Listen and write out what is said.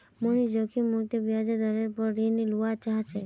मोहनीश जोखिम मुक्त ब्याज दरेर पोर ऋण लुआ चाह्चे